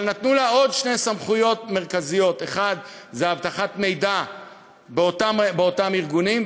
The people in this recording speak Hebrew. אבל נתנו לה עוד שתי סמכויות מרכזיות: 1. אבטחת מידע באותם ארגונים,